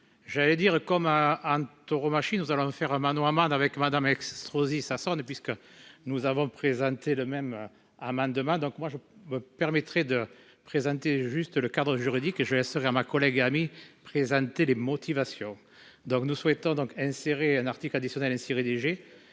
J'allais dire comme un âne, tauromachie. Nous allons faire un Mano Ahmad avec madame ex Estrosi Sassone puisque nous avons présenté le même amendement demain donc moi je me permettrai de présenter juste le cadre juridique je laisserai ma collègue et amie présenter les motivations. Donc nous souhaitons donc insérer un article additionnel ainsi rédigé